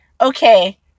okay